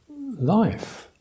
life